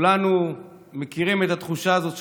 כולנו מכירים את התחושה הזאת.